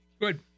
Good